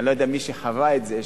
אני לא יודע מי חווה את זה,